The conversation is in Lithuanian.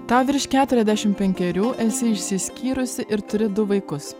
tau virš keturiasdešimt penkerių esi išsiskyrusi ir turi du vaikus